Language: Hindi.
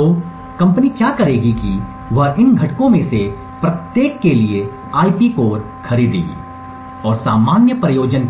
तो कंपनी क्या करेगी कि वह इन घटकों में से प्रत्येक के लिए आईपी कोर खरीदेगी और सामान्य प्रयोजन